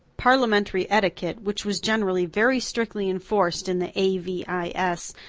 parliamentary etiquette, which was generally very strictly enforced in the a v i s,